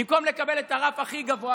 במקום לקבל את הרף הכי גבוה,